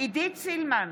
עידית סילמן,